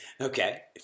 Okay